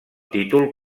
títol